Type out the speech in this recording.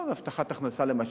הבטחת הכנסה למשל,